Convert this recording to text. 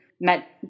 met